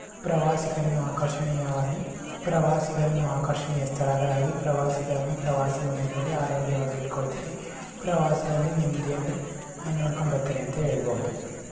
ಪ್ರವಾಸಿಗರನ್ನು ಆಕರ್ಷಿಣೀಯವಾಗಿ ಪ್ರವಾಸಿಗರನ್ನು ಆಕರ್ಷಣೀಯ ಸ್ಥಳಗಳಾಗಿ ಪ್ರವಾಸಿಗರನ್ನು ಪ್ರವಾಸಿ ಮನೆಗಳಲ್ಲಿ ಆರೋಗ್ಯವಾಗಿ ಇಟ್ಕೊಳ್ತಾರೆ ಪ್ರವಾಸದಲ್ಲಿ ನೆಮ್ಮದಿಯಿಂದ ನೋಡ್ಕೊಂಬತ್ತರೆ ಅಂತ ಹೇಳ್ಬಹುದು